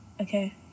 okay